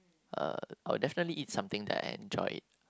uh I'll definitely eat something that I enjoy it